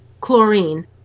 chlorine